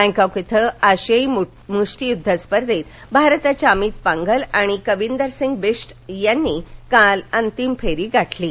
Bangkok इथं आशियाई मुष्टीयुध्द स्पर्धेत भारताच्या अमित पांघल आणि कविंदर सिंग बिश्त यांनी काल अंतिम फेरी गाठली आहे